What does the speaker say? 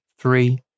three